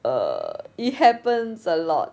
err it happens a lot